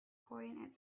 point